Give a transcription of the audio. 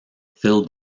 phil